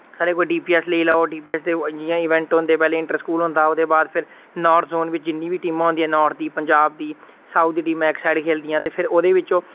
साढ़े कोई डीपीएस लैओ डीपीएस दे जि'यां इवेंट होंदे पैह्ले इंटरस्कूल होंदा ओह्दे बाद फिर नार्थ जोन बिच जिन्नी बी टीमां होंदियां नार्थ दी पंजाब दी साउथ दी टीमां इक साइड खेलदियां ते फिर ओह्दे विच ओ